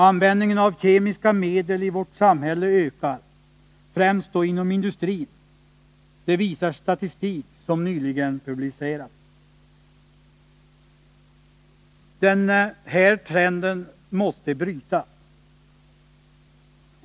Användningen av kemiska medel i vårt samhälle ökar, främst då inom industrin — det visar statistik som nyligen publicerats. Den här trenden måste brytas.